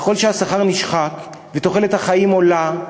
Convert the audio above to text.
ככל שהשכר נשחק ותוחלת החיים עולה,